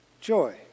Joy